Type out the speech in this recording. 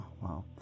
Wow